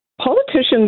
politicians